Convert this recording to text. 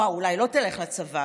אולי לא תלך לצבא,